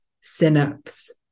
synapse